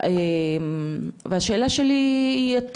והשאלה שלי היא,